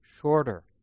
shorter